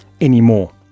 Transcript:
anymore